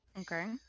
Okay